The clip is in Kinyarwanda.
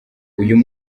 uyu